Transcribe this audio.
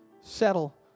Settle